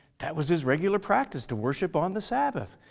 that was his regular practice to worship on the sabbath.